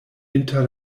inter